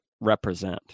represent